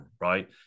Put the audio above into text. right